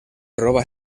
roba